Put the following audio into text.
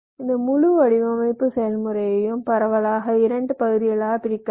இந்த முழு வடிவமைப்பு செயல்முறையையும் பரவலாக 2 பகுதிகளாகப் பிரிக்கலாம்